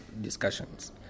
discussions